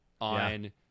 on